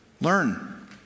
Learn